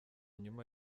nyuma